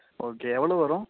okay எவ்வளோ வரும்